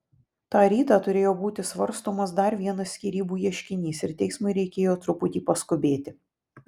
tą rytą turėjo būti svarstomas dar vienas skyrybų ieškinys ir teismui reikėjo truputį paskubėti